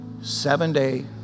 seven-day